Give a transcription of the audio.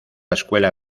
escuela